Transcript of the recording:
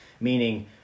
meaning